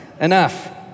enough